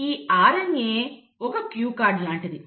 ఈ RNA ఒక cue card లాంటిది